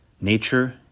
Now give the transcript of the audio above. Nature